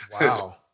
Wow